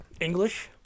English